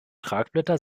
tragblätter